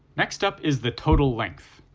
next up is the total length.